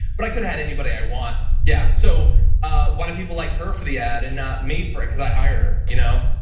but i could have had anybody i want, yeah. so why do people like her for the ad, and not me for it, cuz i hired her. you know